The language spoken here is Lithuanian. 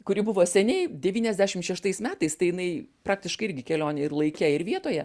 kuri buvo seniai devyniasdešimt šeštais metais tai jinai praktiškai irgi kelionė ir laike ir vietoje